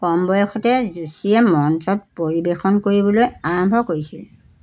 কম বয়সতে যোশীয়ে মঞ্চত পৰিবেশন কৰিবলৈ আৰম্ভ কৰিছিল